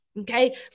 Okay